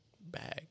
Bag